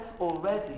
already